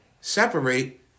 separate